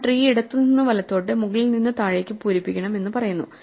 നമ്മൾ ട്രീ ഇടത്തുനിന്ന് വലത്തോട്ട് മുകളിൽ നിന്ന് താഴേക്ക് പൂരിപ്പിക്കണം എന്ന് പറയുന്നു